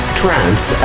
trance